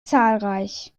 zahlreich